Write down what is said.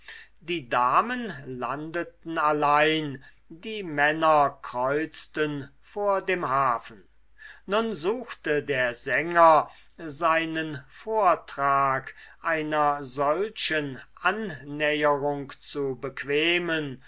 die damen landeten allein die männer kreuzten vor dem hafen nun suchte der sänger seinen vortrag einer solchen annäherung zu bequemen